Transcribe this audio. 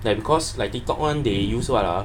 that because like tik tok [one] they use what ah